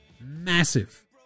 massive